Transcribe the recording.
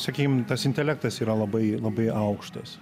sakykim tas intelektas yra labai labai aukštas